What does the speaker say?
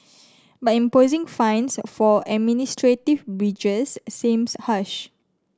but imposing fines for administrative breaches seems harsh